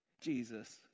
jesus